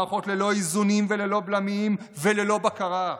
מערכות ללא איזונים וללא בלמים וללא בקרה.